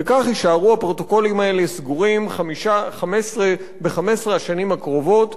וכך יישארו הפרוטוקולים האלה סגורים ב-15 השנים הקרובות,